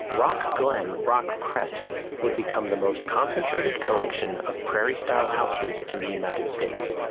rock glen rock crest would become the most concentrated collection of prairie style houses in the united states,